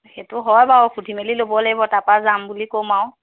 সেইটো হয় বাৰু সুধি মেলি ল'ব লাগিব তাৰ পৰা যাম বুলি ক'ম আৰু